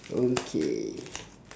okay